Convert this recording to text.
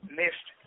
missed